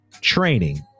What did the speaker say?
training